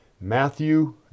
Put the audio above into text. Matthew